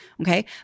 Okay